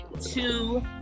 two